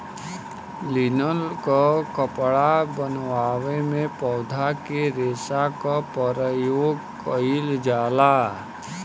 linen क कपड़ा बनवले में पौधा के रेशा क परयोग कइल जाला